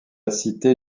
cité